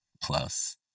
plus